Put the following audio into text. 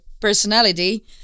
personality